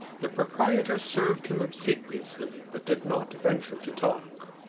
the proprietor served him obsequiously but did not venture to talk.